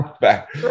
back